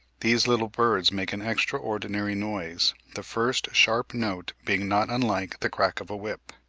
these little birds make an extraordinary noise, the first sharp note being not unlike the crack of a whip.